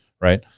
Right